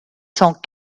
cent